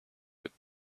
with